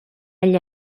agli